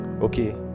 okay